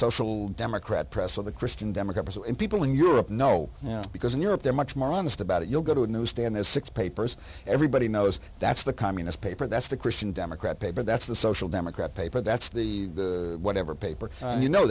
social democrat press or the christian democrats and people in europe know because in europe they're much more honest about it you'll go to a newsstand there's six papers everybody knows that's the communist paper that's the christian democrat paper that's the social democrat paper that's the whatever paper you know